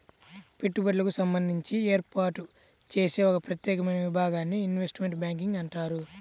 పెట్టుబడులకు సంబంధించి ఏర్పాటు చేసే ఒక ప్రత్యేకమైన విభాగాన్ని ఇన్వెస్ట్మెంట్ బ్యాంకింగ్ అంటారు